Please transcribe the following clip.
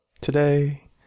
today